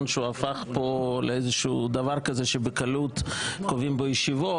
שהפך לאיזשהו דבר כזה שבקלות קובעים בו ישיבות,